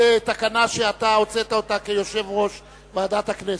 זו תקנה שאתה הוצאת כיושב-ראש ועדת הכנסת.